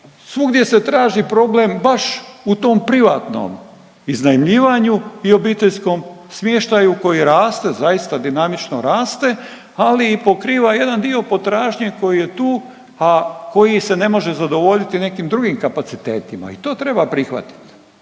svugdje se traži problem baš u tom privatnom iznajmljivanju i obiteljskom smještaju koji raste, zaista dinamično raste, ali i pokriva jedan dio potražnje koji je tu, a koji se ne može zadovoljiti nekim drugim kapacitetima i to treba prihvatit.